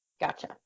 Gotcha